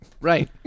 Right